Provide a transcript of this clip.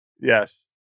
Yes